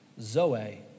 Zoe